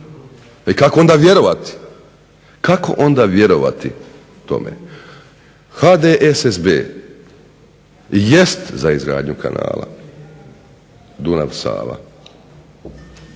u izgradnji cesta, kako onda vjerovati tome? HDSSB jest za izgradnju kanala Dunav-Sava,